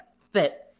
fit